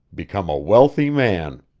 become a wealthy man.